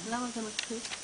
למה זה מצחיק?